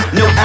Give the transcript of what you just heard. no